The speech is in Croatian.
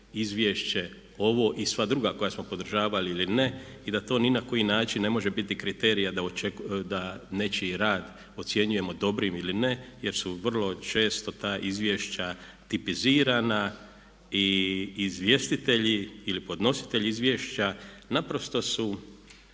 izvješće ovo i sva druga koja smo podržavali ili ne i da to ni na koji način ne može biti kriterij, a da nečiji rad ocjenjujemo dobrim ili ne. Jer su vrlo često ta izvješća tipizirana i izvjestitelji ili podnositelji izvješća naprosto su